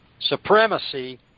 supremacy